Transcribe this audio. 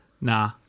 Nah